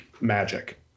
magic